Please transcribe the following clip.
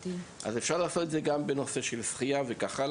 אפשר לעשות את זה גם בנושא השחייה ועוד.